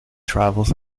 travels